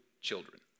children